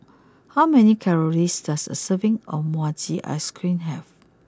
how many calories does a serving of Mochi Ice cream have